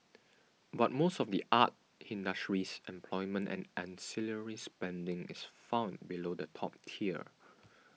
but most of the art industry's employment and ancillary spending is found below the top tier